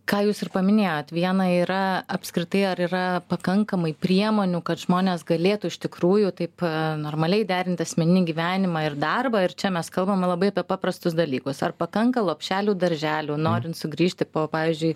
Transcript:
ką jūs ir paminėjot viena yra apskritai ar yra pakankamai priemonių kad žmonės galėtų iš tikrųjų taip normaliai derint asmeninį gyvenimą ir darbą ir čia mes kalbame labai paprastus dalykus ar pakanka lopšelių darželių norint sugrįžti po pavyzdžiui